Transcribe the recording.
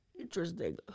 Interesting